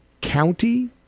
county